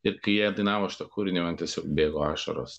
ir kai jie dainavo šitą kūrinį man tiesiog bėgo ašaros